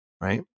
Right